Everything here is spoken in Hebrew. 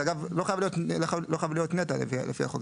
זה, אגב, לא חייב להיות נת"ע לפי החוק.